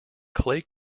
clay